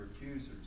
accusers